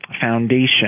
foundation